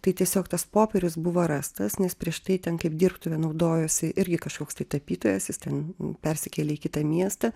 tai tiesiog tas popierius buvo rastas nes prieš tai ten kaip dirbtuve naudojosi irgi kažkoks tai tapytojas jis ten persikėlė į kitą miestą